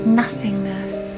nothingness